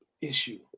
issue